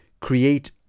create